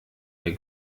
der